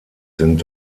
sind